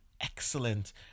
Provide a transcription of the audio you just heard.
excellent